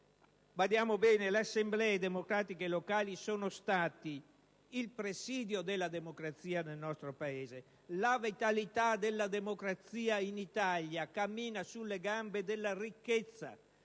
Badiamo bene, le assemblee democratiche locali sono state il presidio della democrazia nel nostro Paese: la vitalità della democrazia in Italia cammina sulle gambe della ricchezza